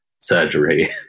surgery